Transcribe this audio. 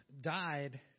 died